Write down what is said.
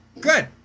Good